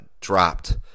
dropped